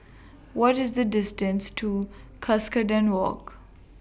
What IS The distance to Cuscaden Walk